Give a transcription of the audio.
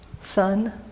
Son